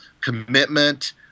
commitment